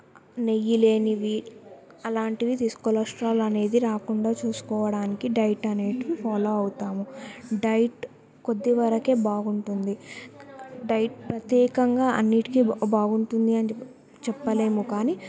నెయ్యి లేనివి అలాంటివి తీసుకోవాలి కొలస్ట్రాల్ అనేది రాకుండా చూసుకోవడానికి డైట్ అనేవి ఫాలో అవుతాము డైట్ కొద్ది వరకే బాగుంటుంది డైట్ ప్రత్యేకంగా అన్నింటికీ బాగుంటుంది అని చెప్పలేము కానీ